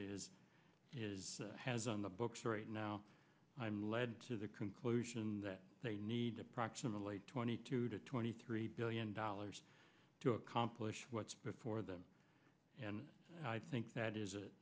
has is has on the books right now i'm led to the conclusion that they need to approximately twenty two to twenty three billion dollars to accomplish what's before them and i think that is it